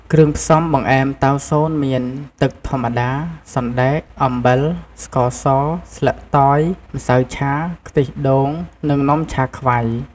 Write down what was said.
គ្រឿងផ្សំបង្អែមតៅស៊នមាន ទឺកធម្មតា សណ្តែក អំបិល ស្ករស ស្លឹកតយ ម្សៅឆា ខ្ទិះដូង និងនំចាខ្វៃ។